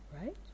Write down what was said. right